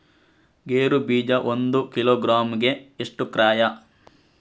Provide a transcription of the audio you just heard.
ಗೇರು ಬೀಜ ಒಂದು ಕಿಲೋಗ್ರಾಂ ಗೆ ಎಷ್ಟು ಕ್ರಯ?